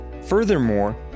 Furthermore